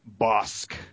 Bosk